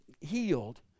healed